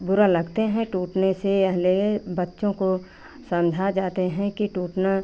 बुरा लगते हैं टूटने से पहले बच्चों को समझा जाते हैं कि टूटना